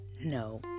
no